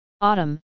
autumn